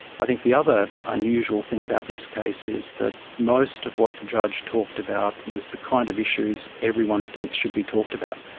i think the other unusual thing about this case is that most of what the judge talked about with the kind of issues everyone thinks should be talked about.